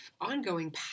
ongoing